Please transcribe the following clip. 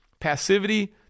Passivity